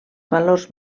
valors